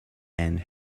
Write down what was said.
and